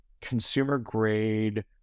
consumer-grade